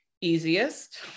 easiest